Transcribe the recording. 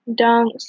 dunks